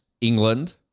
England